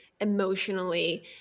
emotionally